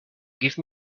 give